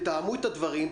תתאמו את הדברים,